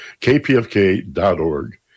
KPFK.org